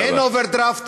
אין אוברדרפט,